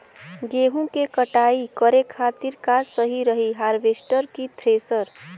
गेहूँ के कटाई करे खातिर का सही रही हार्वेस्टर की थ्रेशर?